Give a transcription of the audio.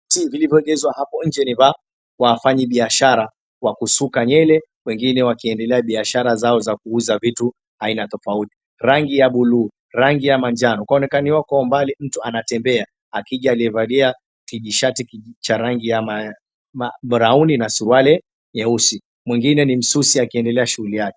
Viti vilivyoegezwa hapo nje ni vya wafanyibiashara wa kusuka nywele. Wengine wakiendelea biashara zao za kuuza vitu vya aina tofauti. Rangi ya buluu, rangi ya manjano. Kuonekaniwa kwa umbali mtu anatembea akija amevalia kijishati cha rangi na brown na na suruale nyeusi. Mwingine ni msusi akiendelea shughuli yake.